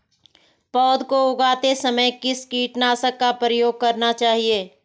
पौध को उगाते समय किस कीटनाशक का प्रयोग करना चाहिये?